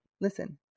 Listen